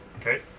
Okay